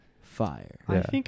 Fire